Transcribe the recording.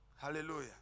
Hallelujah